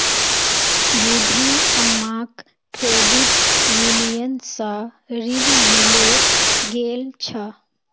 बूढ़ी अम्माक credit union स ऋण मिले गेल छ